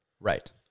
Right